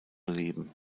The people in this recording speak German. leben